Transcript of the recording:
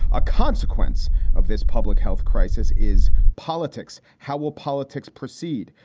a consequence of this public health crisis is politics. how will politics proceed?